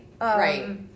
Right